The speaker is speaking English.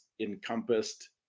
encompassed